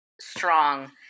strong